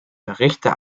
richter